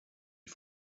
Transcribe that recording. you